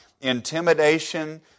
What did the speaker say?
intimidation